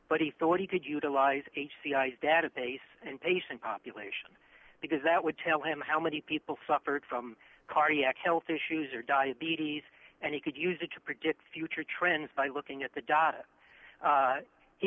but he thought he could utilize a c i s database and patient population because that would tell him how many people suffered from cardiac health issues or diabetes and he could use it to predict future trends by looking at the data he